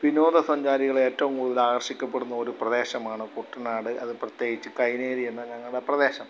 വിനോദസഞ്ചാരികൾ ഏറ്റവും കൂടുതൽ ആകർഷിക്കപ്പെടുന്നൊരു പ്രദേശമാണ് കുട്ടനാട് അത് പ്രത്യേകിച്ച് കൈനേരി എന്ന ഞങ്ങളുടെ പ്രദേശം